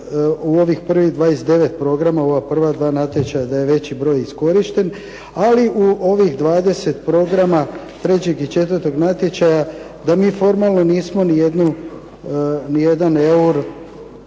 u ovih prvih 29 programa, u ova prva dva natječaja da je veći broj iskorišten. Ali u ovih 20 programa trećeg i četvrtog natječaja da mi formalno nismo ni jedan euro,